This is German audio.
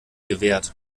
gewährt